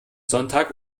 sonntag